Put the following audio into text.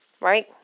Right